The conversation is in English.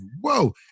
whoa